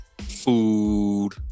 food